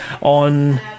on